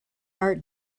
art